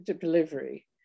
delivery